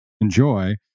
enjoy